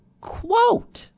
quote